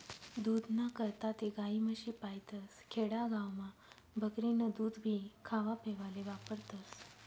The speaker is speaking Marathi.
दूधना करता ते गायी, म्हशी पायतस, खेडा गावमा बकरीनं दूधभी खावापेवाले वापरतस